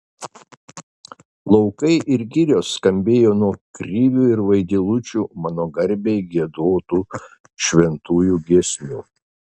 laukai ir girios skambėjo nuo krivių ir vaidilučių mano garbei giedotų šventųjų giesmių